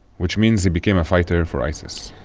which means he became a fighter for isis